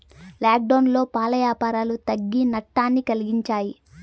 లాక్డౌన్లో పాల యాపారాలు తగ్గి నట్టాన్ని కలిగించాయి